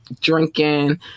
drinking